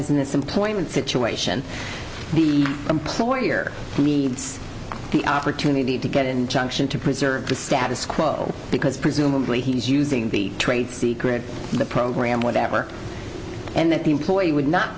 isn't this employment situation the employer needs the opportunity to get injunction to preserve the status quo because presumably he's using the trade secret program whatever and that the employee would not